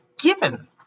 given